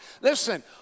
Listen